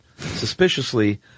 suspiciously